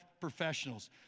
professionals